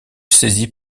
saisit